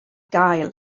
gael